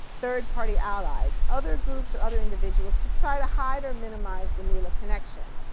third party allies other groups or other individuals to try to hide or minimize the nela connection.